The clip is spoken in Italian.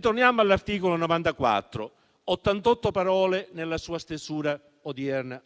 torniamo all'articolo 94: 88 parole nella sua stesura